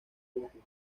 útil